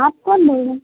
آپ کون لے